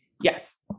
yes